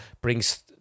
brings